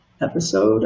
episode